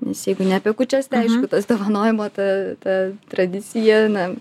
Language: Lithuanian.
nes jeigu ne apie kūčias tai aišku tas dovanojimo ta ta tradicija na